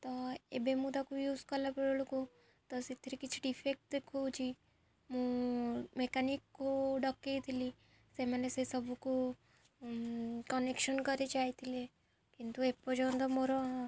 ତ ଏବେ ମୁଁ ତାକୁ ୟୁଜ୍ କଲାବେଳକୁ ତ ସେଥିରେ କିଛି ଡିଫେକ୍ଟ ଦେଖୋଉଛି ମୁଁ ମେକାନିକକୁ ଡକେଇଥିଲି ସେମାନେ ସେ ସବୁକୁ କନେକ୍ସନ କରି ଯାଇଥିଲେ କିନ୍ତୁ ଏପର୍ଯ୍ୟନ୍ତ ମୋର